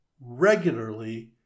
regularly